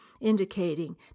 indicating